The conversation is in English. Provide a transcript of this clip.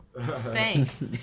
Thanks